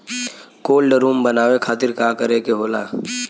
Cold room बनावे खातिर का करे के होला?